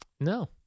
No